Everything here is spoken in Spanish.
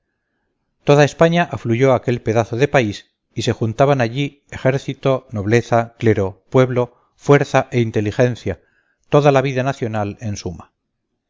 toda españa afluyó a aquel pedazo de país y se juntaban allí ejército nobleza clero pueblo fuerza e inteligencia toda la vida nacional en suma